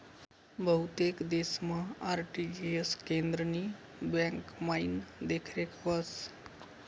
बहुतेक देशमा आर.टी.जी.एस केंद्रनी ब्यांकमाईन देखरेख व्हस